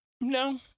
No